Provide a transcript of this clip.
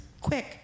Quick